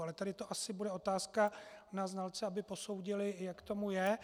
Ale tady to asi bude otázka na znalce, aby posoudili, jak tomu je.